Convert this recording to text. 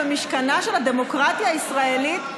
במשכנה של הדמוקרטיה הישראלית,